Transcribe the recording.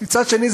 מצד שני,